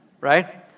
right